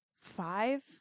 five